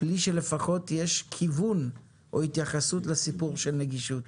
בלי שלפחות יש כיוון או התייחסות לסיפור של נגישות.